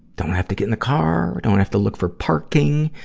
don't have to get in the car, don't have to look for parking,